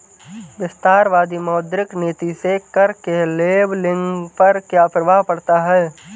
विस्तारवादी मौद्रिक नीति से कर के लेबलिंग पर क्या प्रभाव पड़ता है?